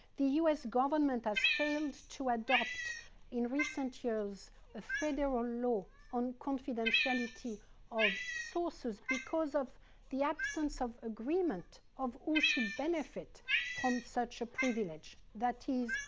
the us government has failed to adopt in recent years ah federal law on confidentiality of sources because of the absence of agreement of who should benefit from such a privilege, that is,